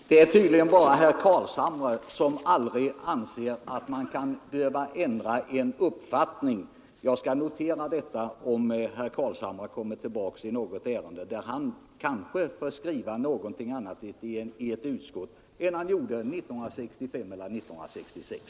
Herr talman! Det är tydligen bara herr Carlshamre som anser att man aldrig kan behöva ändra en uppfattning. Jag skall notera det för den händelse herr Carlshamre i något ärende vill skriva någonting annat i ett betänkande än han gjorde 1965 eller 1966